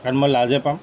কাৰণ মই লাজে পাওঁ